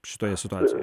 šitoje situacijoj